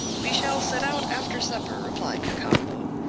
we shall set out after supper, replied cacambo.